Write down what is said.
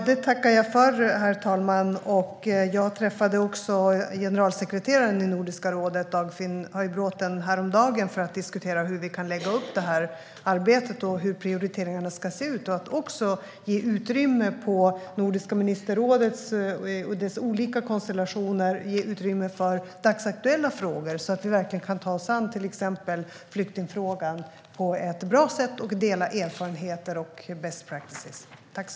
Herr talman! Det tackar jag för. Jag träffade generalsekreteraren i Nordiska rådet, Dagfinn Høybråten, häromdagen för att diskutera hur vi kan lägga upp arbetet och hur prioriteringarna ska se ut. Vi diskuterade också att det på Nordiska ministerrådet, och dess olika konstellationer, ska ges utrymme för dagsaktuella frågor, så att vi kan ta oss an till exempel flyktingfrågan på ett bra sätt och dela erfarenheter och best practices.